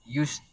use